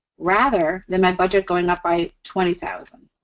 rather than my budget going up by twenty thousand